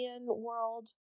world